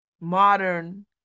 modern